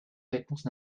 réponse